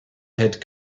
head